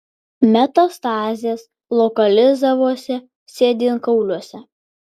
metastazės lokalizavosi sėdynkauliuose